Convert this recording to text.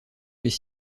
les